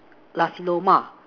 Nasi-Lemak